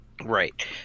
Right